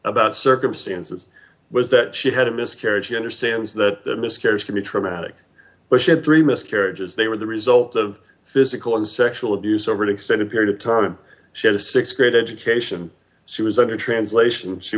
about circumstances was that she had a miscarriage she understands that miscarriage can be traumatic but she had three miscarriages they were the result of physical and sexual abuse over an extended period of time she had a th grade education she was under translation she